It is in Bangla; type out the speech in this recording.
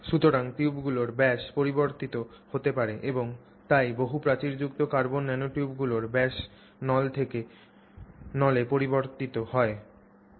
সুতরাং টিউবগুলির ব্যাস পরিবর্তিত হতে পারে এবং তাই বহু প্রাচীরযুক্ত কার্বন ন্যানোটিউবগুলির ব্যাস নল থেকে নলে পরিবর্তিত হতে পারে